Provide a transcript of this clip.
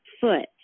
foot